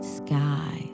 sky